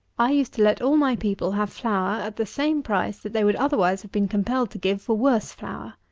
i used to let all my people have flour at the same price that they would otherwise have been compelled to give for worse flour.